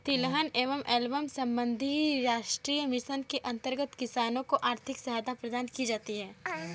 तिलहन एवं एल्बम संबंधी राष्ट्रीय मिशन के अंतर्गत किसानों को आर्थिक सहायता प्रदान की जाती है